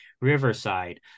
Riverside